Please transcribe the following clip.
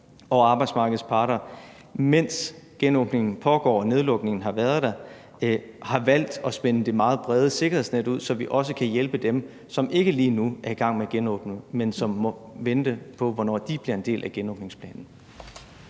og arbejdsmarkedets parter, mens genåbningen pågår og nedlukningen har været der, har valgt at spænde det meget brede sikkerhedsnet ud, så vi også kan hjælpe dem, som ikke lige nu er i gang med at genåbne, men som må vente på, at de bliver en del af genåbningsplanen.